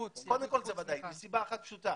קודם כל זה ודאי, מסיבה אחת פשוטה,